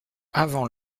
avant